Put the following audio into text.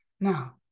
Now